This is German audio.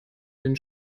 den